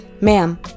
Ma'am